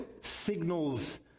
signals